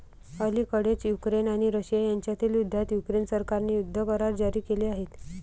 अलिकडेच युक्रेन आणि रशिया यांच्यातील युद्धात युक्रेन सरकारने युद्ध करार जारी केले आहेत